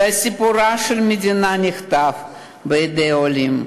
וסיפורה של המדינה נכתב בידי עולים,